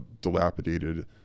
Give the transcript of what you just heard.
dilapidated